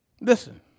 Listen